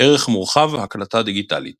ערך מורחב – הקלטה דיגיטלית